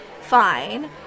Fine